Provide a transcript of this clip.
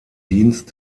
dienst